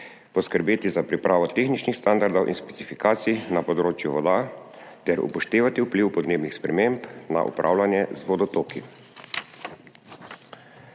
poskrbeti za pripravo tehničnih standardov in specifikacij na področju voda ter upoštevati vpliv podnebnih sprememb na upravljanje z vodotoki.